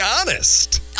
honest